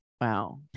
Wow